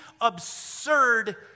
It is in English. absurd